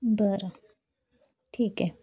बरं ठीक आहे